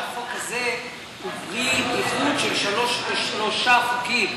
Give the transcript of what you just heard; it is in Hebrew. שהחוק הזה הוא פרי איחוד של שלושה חוקים: